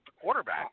quarterback